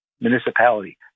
municipality